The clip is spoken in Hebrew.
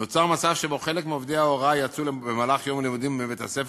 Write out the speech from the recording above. נוצר מצב שחלק מעובדי ההוראה יצאו במהלך יום הלימודים מבית-הספר